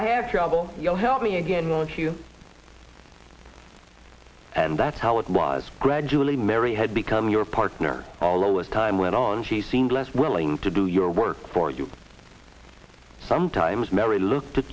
i have trouble you'll help me again won't you and that's how it was gradually mary had become your partner although as time went on she seemed less willing to do your work for you sometimes mary looked at